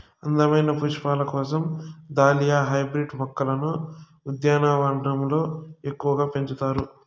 అందమైన పుష్పాల కోసం దాలియా హైబ్రిడ్ మొక్కలను ఉద్యానవనాలలో ఎక్కువగా పెంచుతారు